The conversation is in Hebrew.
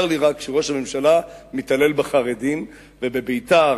צר לי רק שראש הממשלה מתעלל בחרדים ובביתר